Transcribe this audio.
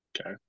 okay